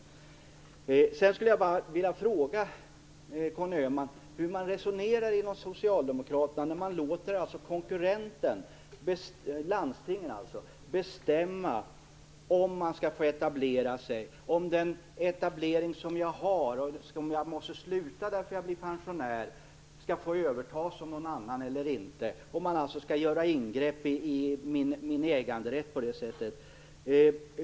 Sedan skulle jag vilja fråga Conny Öhman hur man resonerar inom Socialdemokraterna när man låter konkurrenten, landstingen, bestämma om jag skall få etablera mig och om den etablering som jag har, och som jag måste sluta eftersom jag blir pensionär, skall få övertas av någon annan eller inte, dvs. att man skall göra ingrepp i min äganderätt på det sättet.